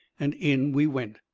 and in we went.